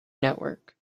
network